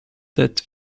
that